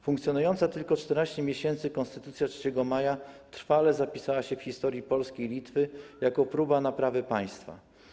Funkcjonująca tylko 14 miesięcy Konstytucja 3 maja trwale zapisała się w historii Polski i Litwy jako próba naprawy państwa.